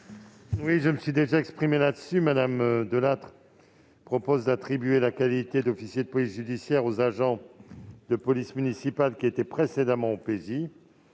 ? Je me suis déjà exprimé sur ce point. Mme Nathalie Delattre propose d'attribuer la qualité d'officier de police judiciaire aux agents de police municipale qui étaient précédemment OPJ.